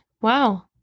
wow